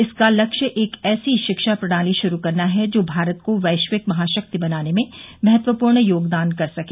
इसका लक्ष्य एक ऐसी शिक्षा प्रणाली लागू करना है जो भारत को वैश्विक महाशक्ति बनाने में महत्वपूर्ण योगदान कर सके